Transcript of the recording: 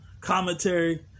commentary